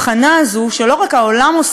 שלא רק העולם עושה אותה אלא,